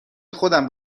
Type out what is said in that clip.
خودم